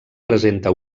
presenta